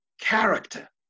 character